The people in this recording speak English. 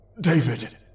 david